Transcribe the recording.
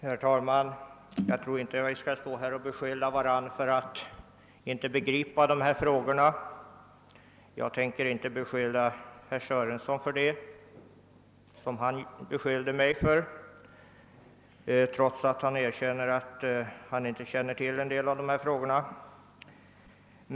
Herr talman! Jag tycker inte att vi skall beskylla varandra för att inte begripa dessa frågor. Jag skall inte rikta denna anklagelse mot herr Sörenson, som han riktade mot mig, även om han erkände att han i ett avseende inte var insatt i förhållandena.